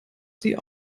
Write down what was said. sie